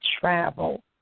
travel